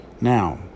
Now